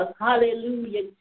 Hallelujah